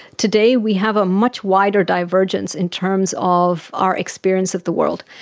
today we have a much wider divergence in terms of our experience of the world.